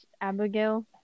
Abigail